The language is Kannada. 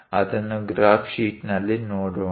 ಅದನ್ನು ಗ್ರಾಫ್ ಶೀಟ್ನಲ್ಲಿ ನೋಡೋಣ